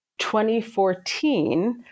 2014